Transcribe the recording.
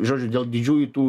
žodžiu dėl didžiųjų tų